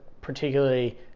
particularly